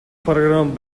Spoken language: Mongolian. программ